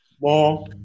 more